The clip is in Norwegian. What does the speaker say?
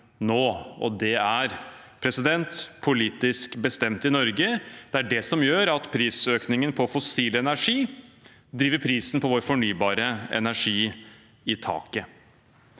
nok, og det er den nå. Det er politisk bestemt i Norge. Det er det som gjør at prisøkningen på fossil energi driver prisen på vår fornybare energi i taket.